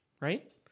right